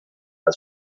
als